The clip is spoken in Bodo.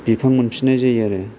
बिफां मोनफिननाय जायो आरो